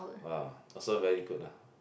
ah also very good ah